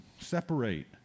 separate